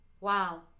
wow